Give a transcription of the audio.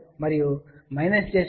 6 మరియు j 0